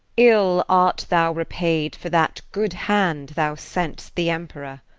ill art thou repaid for that good hand thou sent'st the emperor.